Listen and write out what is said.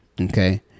Okay